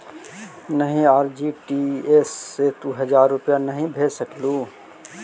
नहीं, आर.टी.जी.एस से तू हजार रुपए नहीं भेज सकलु हे